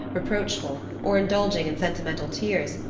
reproachful, or indulging in sentimental tears,